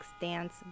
dance